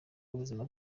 w’ubuzima